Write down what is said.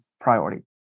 priority